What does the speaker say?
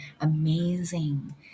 amazing